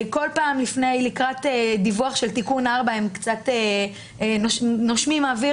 כל פעם לקראת דיווח של תיקון 4 הם קצת נושמים אוויר